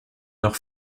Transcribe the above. leur